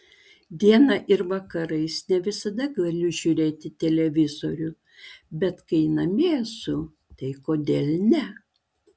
dieną ir vakarais ne visada galiu žiūrėti televizorių bet kai namie esu tai kodėl ne